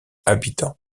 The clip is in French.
habitants